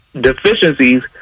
deficiencies